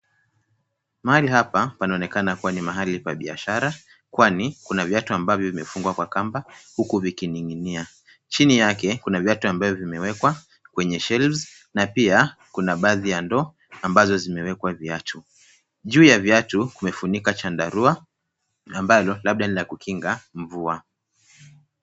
Mahali hapa panaonekana kuwa ni mahali pa biashara kwani kuna viatu ambavyo vimefungwa kwa kamba huku vikining'inia. Chini yake kuna viatu ambaye vimewekwa kwenye shelves na pia kuna baadhi ya ndoo ambazo zimewekwa viatu. Juu ya viatu kumefunikwa chandarua ambalo labda ni la kukinga mvua.